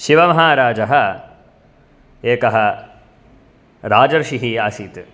शिवमहाराजः एकः राजर्षिः आसीत्